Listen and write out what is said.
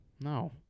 No